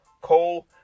Cole